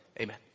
Amen